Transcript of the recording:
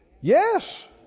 Yes